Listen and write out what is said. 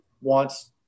wants